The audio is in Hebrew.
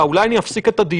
את כל